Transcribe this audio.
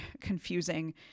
confusing